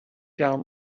down